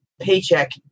Paycheck